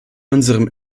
unserem